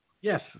Yes